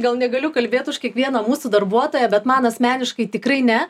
gal negaliu kalbėt už kiekvieną mūsų darbuotoją bet man asmeniškai tikrai ne